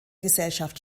gesellschaft